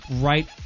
right